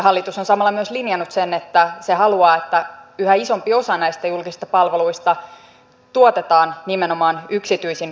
hallitus on samalla myös linjannut sen että se haluaa että yhä isompi osa näistä julkisista palveluista tuotetaan nimenomaan yksityisin voimin